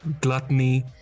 gluttony